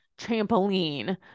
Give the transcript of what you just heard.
trampoline